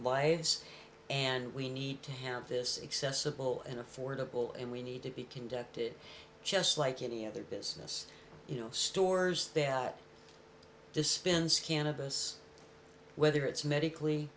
lives and we need to have this accessible and affordable and we need to be conducted just like any other business you know stores that dispense cannabis whether it's medically